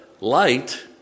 light